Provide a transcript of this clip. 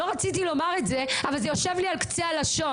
לא רציתי לומר את זה אבל זה יושב לי על קצת הלשון